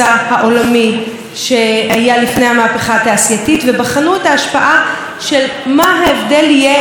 בחנו את ההשפעה של מה יהיה ההבדל אם נשאף ל-1.5 מעלות.